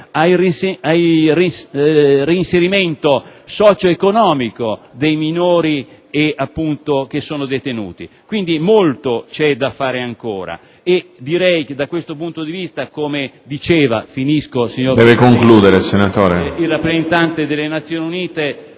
al reinserimento socio-economico dei minori detenuti. Quindi, molto c'è da fare ancora, e da questo punto di vista, come sosteneva il rappresentante delle Nazioni Unite,